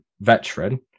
veteran